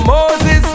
Moses